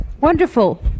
Wonderful